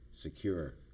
secure